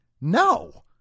No